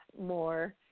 more